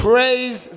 Praise